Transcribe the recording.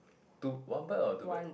two one bird or two bird